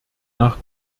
nach